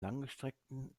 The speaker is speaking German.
langgestreckten